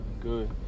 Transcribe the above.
good